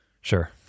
Sure